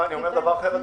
אני אומר דבר אחר אדוני.